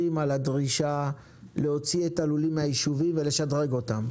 על הדרישה להוציא את הלולים מהיישובים ולשדרג אותם.